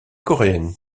coréenne